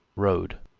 road,